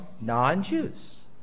non-Jews